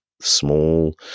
small